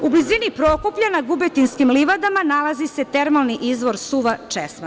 U blizini Prokuplja na Gubetinskim livadama nalazi se termalni izvor Suva česma.